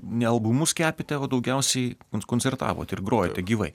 ne albumus kepėte o daugiausiai koncertavot ir grojote gyvai